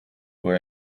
were